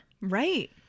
Right